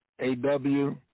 A-W